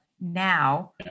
Now